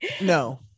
no